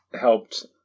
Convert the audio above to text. helped